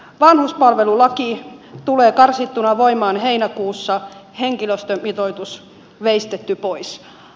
vanhuspalvelulaki tulee karsittuna voimaan heinäkuussa henkilöstömitoitus veistetty pois